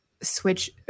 switch